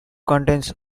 contains